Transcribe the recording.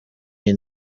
iyi